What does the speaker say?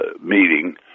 meeting